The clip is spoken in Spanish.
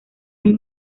han